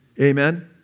Amen